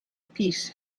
peace